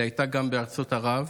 אלא הייתה גם בארצות ערב,